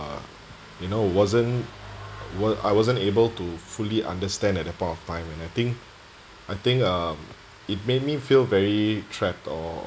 you know wasn't wa~ I wasn't able to fully understand at the point of time and I think I think um it made me feel very trapped or